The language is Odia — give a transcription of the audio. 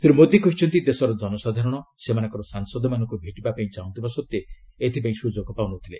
ଶ୍ରୀ ମୋଦି କହିଛନ୍ତି ଦେଶର ସାଧାରଣ ସେମାନଙ୍କର ସାଂସଦମାନଙ୍କୁ ଭେଟିବା ପାଇଁ ଚାହୁଁଥିବା ସତ୍ତ୍ୱେ ଏଥିପାଇଁ ସୁଯୋଗ ପାଉନଥିଲେ